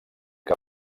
que